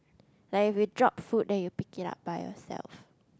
like we drop food then you pick it up by yourself